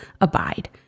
abide